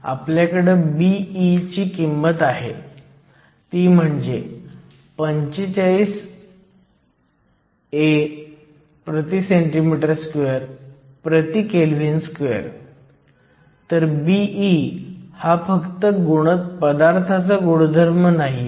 तर समस्या 5 तुमच्याकडे जर्मेनियम pn जंक्शन डायोड आहे